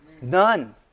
None